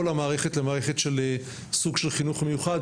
המערכת לסוג של מערכת של חינוך מיוחד,